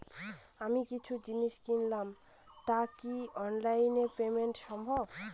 আমি কিছু জিনিস কিনলাম টা কি অনলাইন এ পেমেন্ট সম্বভ?